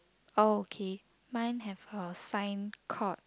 oh okay mine have a sign called